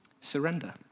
Surrender